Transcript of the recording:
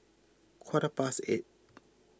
quarter past eight